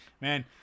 man